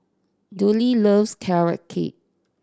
Dudley loves Carrot Cake